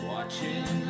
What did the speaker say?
Watching